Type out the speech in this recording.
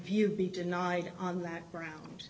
review be denied on that ground